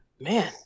Man